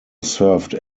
served